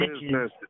business